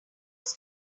last